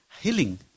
healing